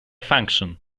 function